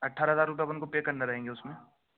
اٹھارہ ہزار روپیے اپن کو پے کرنا رہیں گے اس میں